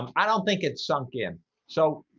um i don't think it's sunk in so,